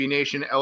Nation